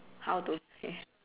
how to play